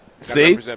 See